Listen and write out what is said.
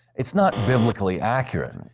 it's not biblically accurate.